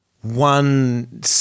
one